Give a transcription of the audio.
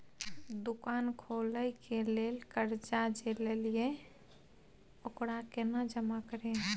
दुकान खोले के लेल कर्जा जे ललिए ओकरा केना जमा करिए?